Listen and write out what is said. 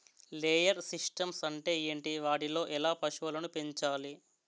Layer systems అంటే ఏంటి? వాటిలో ఎలా పశువులను పెంచాలి?